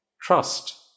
trust